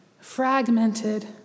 fragmented